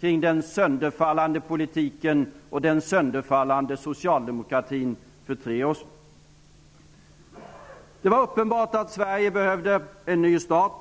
kring den sönderfallande politiken och den sönderfallande socialdemokratin för tre år sedan. Det var uppenbart att Sverige behövde en ny stat.